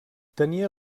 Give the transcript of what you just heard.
tenia